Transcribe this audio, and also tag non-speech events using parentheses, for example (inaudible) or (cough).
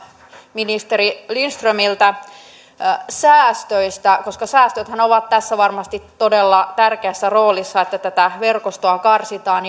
ministeri lindströmiltä säästöistä koska säästöthän ovat tässä varmasti todella tärkeässä roolissa kun tätä verkostoa karsitaan (unintelligible)